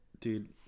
dude